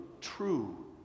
true